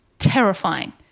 terrifying